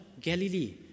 Galilee